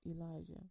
Elijah